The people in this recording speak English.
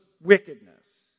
wickedness